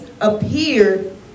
appeared